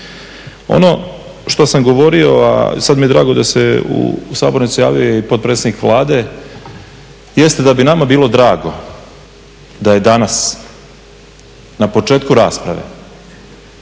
Ono što sam govorio, a sad mi je drago da se u sabornici javio i potpredsjednik Vlade jeste da bi nama bilo drago da je danas na početku rasprave